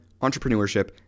entrepreneurship